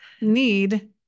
need